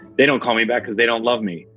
they don't call me back because they don't love me.